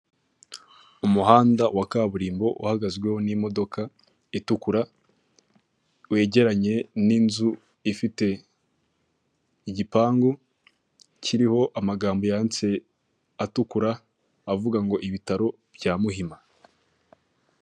Umuhanda wa kaburimbo uhagatsweho n'imodoka itukura wegeranye n'inzu ifite igipangu kiriho amagambo yanditse atukura avuga ngo ibitaro bya Muhima.